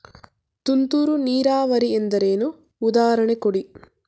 ತುಂತುರು ನೀರಾವರಿ ಎಂದರೇನು, ಉದಾಹರಣೆ ಕೊಡಿ?